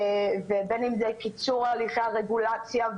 ובין אם זה קיצור הליכי הרגולציה,